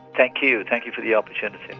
thank you, thank you for the opportunity.